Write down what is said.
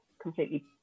completely